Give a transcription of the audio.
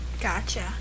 gotcha